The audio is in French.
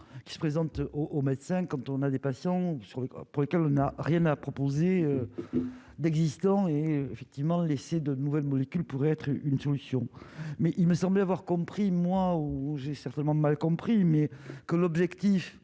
qui se présente au au médecin, quand on a des patients sur le corps pour lesquels on n'a rien à proposer d'existant et effectivement laissé de nouvelles molécules, pourrait être une solution mais il me semble avoir compris moi ou j'ai certainement, de mal compris, mais que l'objectif